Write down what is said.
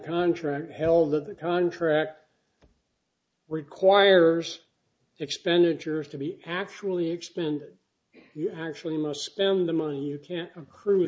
contract held that the contract requires expenditure to be actually expend you actually must spend the money you can cruise